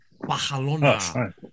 Barcelona